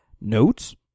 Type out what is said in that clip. notes